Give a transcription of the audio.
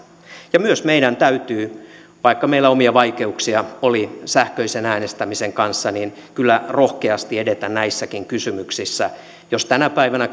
ja myös meidän täytyy vaikka meillä omia vaikeuksia oli sähköisen äänestämisen kanssa kyllä rohkeasti edetä näissäkin kysymyksissä jos tänä päivänä